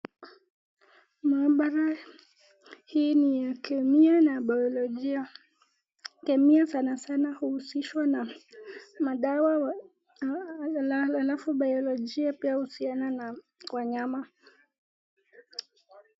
Maabara hii ni ya kemia na bayolojia, kemia sana sana huisishwa na madawa ya alafu bayolojia pia huusiana na wanyama.